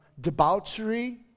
debauchery